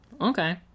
Okay